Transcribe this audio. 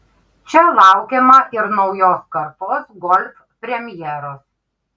čia laukiama ir naujos kartos golf premjeros